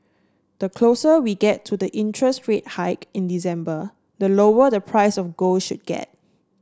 the closer we get to the interest rate hike in December the lower the price of gold should get